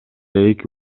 эки